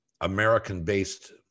American-based